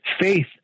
Faith